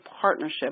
partnership